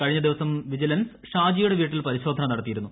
കഴിഞ്ഞ ദിവസം വിജിലൻസ് ഷാജിയുടെ വീട്ടിൽ പരിശോധന നടത്തിയിരുന്നു